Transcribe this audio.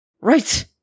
Right